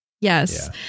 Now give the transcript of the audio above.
Yes